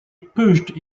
pushed